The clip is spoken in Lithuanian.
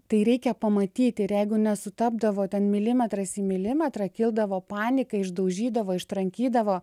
tai reikia pamatyti ir jeigu nesutapdavo ten milimetras į milimetrą kildavo panika išdaužydavo ištrankydavo